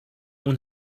اون